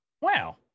Wow